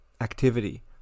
activity